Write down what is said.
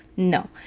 no